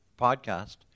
podcast